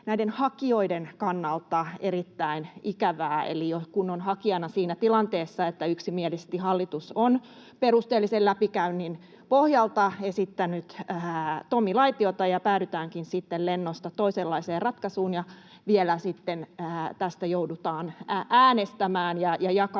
näiden hakijoiden kannalta erittäin ikävää, kun on hakijana siinä tilanteessa, että yksimielisesti hallitus on perusteellisen läpikäynnin pohjalta esittänyt Tommi Laitiota ja päädytäänkin sitten lennosta toisenlaiseen ratkaisuun ja tästä sitten vielä joudutaan äänestämään, ja jakauma